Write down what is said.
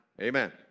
Amen